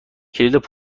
کلید